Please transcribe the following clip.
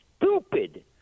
stupid